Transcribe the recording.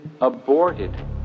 aborted